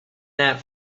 that